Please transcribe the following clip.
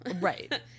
right